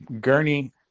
Gurney